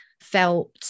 felt